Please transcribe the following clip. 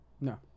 No